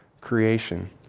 creation